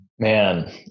Man